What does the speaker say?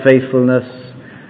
faithfulness